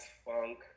funk